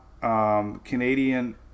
Canadian